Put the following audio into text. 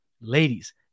ladies